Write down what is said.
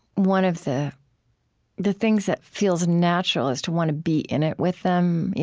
one of the the things that feels natural is to want to be in it with them,